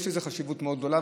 יש לזה חשיבות מאוד גדולה,